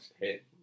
hit